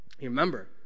remember